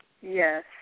Yes